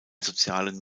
sozialen